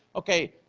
okay,